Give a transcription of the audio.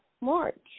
March